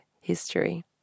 history